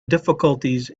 difficulties